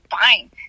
fine